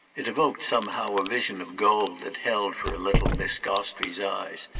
it evoked somehow a vision of gold that held for a little miss gostrey's eyes,